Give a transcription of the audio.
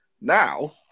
now